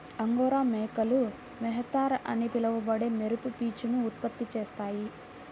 angora మేకలు mohair అని పిలువబడే మెరుపు పీచును ఉత్పత్తి చేస్తాయి